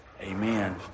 Amen